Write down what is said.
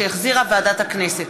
שהחזירה ועדת הכנסת.